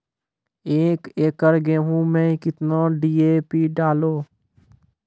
एक एकरऽ गेहूँ मैं कितना डी.ए.पी डालो?